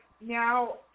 now